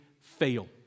fail